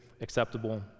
acceptable